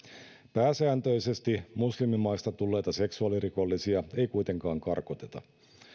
pääsääntöisesti muslimimaista tulleita seksuaalirikollisia ei kuitenkaan karkoteta